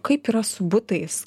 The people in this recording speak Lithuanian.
kaip yra su butais